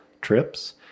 trips